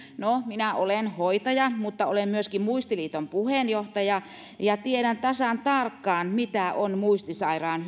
no minä olen hoitaja mutta olen myöskin muistiliiton puheenjohtaja ja tiedän tasan tarkkaan mitä on muistisairaan